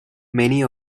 many